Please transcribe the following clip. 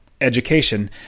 education